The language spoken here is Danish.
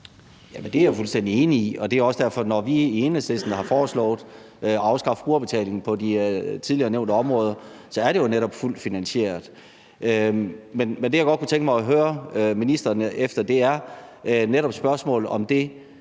Det er jeg fuldstændig enig i. Det er også derfor, at når vi i Enhedslisten har foreslået at afskaffe brugerbetalingen på de tidligere nævnte områder, er det jo netop fuldt finansieret. Men det, jeg godt kunne tænke mig at høre ministeren om, er netop spørgsmålet om